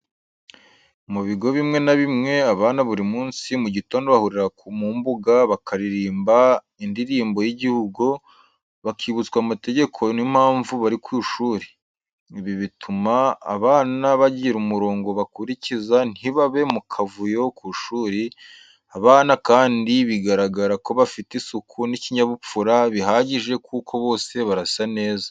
Mu ibigo bimwe na bimwe abana buri munsi mugitondo bahurira mu imbuga bakaririmba indirimbo y'igihugo, bakibutswa amategeko y'ikigo n'impamvu bari ku ishuri, ibi bituma abana bagira umurongo bakurikiza ntibabe mu akavuyo ku ishuri, abana kandi bigaragara ko bafite isuku n'ikinyabupfura bihagije kuko bose barasa neza.